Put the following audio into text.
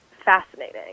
fascinating